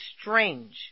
strange